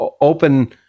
open